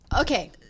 Okay